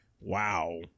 Wow